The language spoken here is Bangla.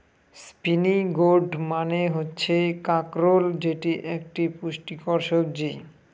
স্পিনই গোর্ড মানে হচ্ছে কাঁকরোল যেটি একটি পুষ্টিকর সবজি